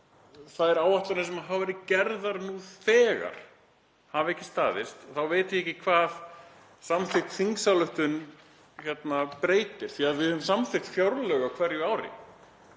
ef þær áætlanir sem hafa verið gerðar nú þegar hafa ekki staðist þá veit ég ekki hverju samþykkt þingsályktun breytir því að við höfum samþykkt fjárlög á hverju ári